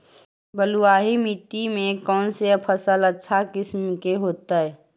बलुआही मिट्टी में कौन से फसल अच्छा किस्म के होतै?